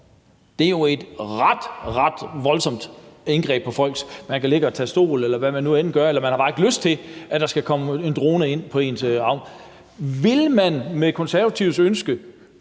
Det er jo et ret, ret voldsomt indgreb i folks privatliv. Man kan jo ligge og tage sol, eller hvad man nu end gør, eller man har bare ikke lyst til, at der skal komme en drone ind på ens ejendom. Er De Konservatives ønske